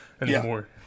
anymore